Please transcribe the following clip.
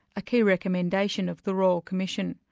a key recommendation of the royal commission.